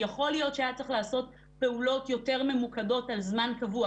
יכול להיות שהיה צריך לעשות פעולות יותר ממוקדות על זמן קבוע.